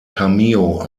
cameo